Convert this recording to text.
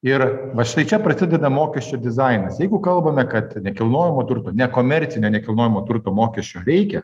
ir va štai čia prasideda mokesčių dizainas jeigu kalbame kad nekilnojamo turto nekomercinio nekilnojamo turto mokesčio reikia